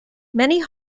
many